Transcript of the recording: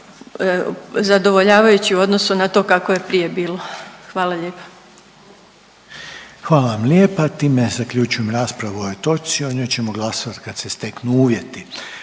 zadovoljavajući u odnosu na to kako je prije bilo. Hvala lijepa. **Reiner, Željko (HDZ)** Hvala vam lijepa, time zaključujem raspravu o ovoj točci, o njoj ćemo glasovati kad se steknu uvjeti.